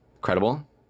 Credible